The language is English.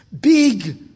big